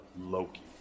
Loki